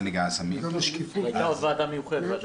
הייתה עוד ועדה מיוחדת,